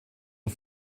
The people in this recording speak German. und